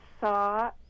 saw